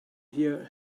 hear